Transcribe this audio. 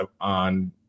on